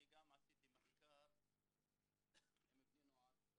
אני גם עשיתי מחקר עם בני נוער,